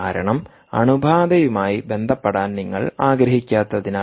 കാരണം അണുബാധയുമായി ബന്ധപ്പെടാൻ നിങ്ങൾ ആഗ്രഹിക്കാത്തതിനാൽ